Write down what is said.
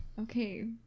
Okay